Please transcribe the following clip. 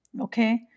okay